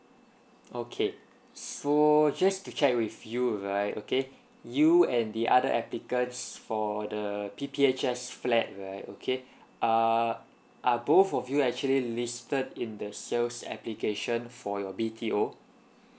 okay so just to check with you right okay you and the other applicants for the P_P_H_S flat right okay uh are both of you actually listed in the sales application for your B_T_O